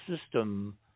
system